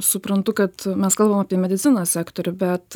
suprantu kad mes kalbam apie medicinos sektorių bet